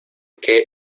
qué